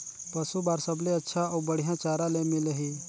पशु बार सबले अच्छा अउ बढ़िया चारा ले मिलही?